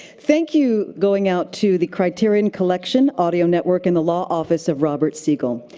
thank you going out to the criterion collection, audio network, and the law office of robert siegel.